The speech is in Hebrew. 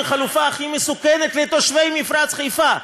החלופה הכי מסוכנת לתושבי מפרץ חיפה.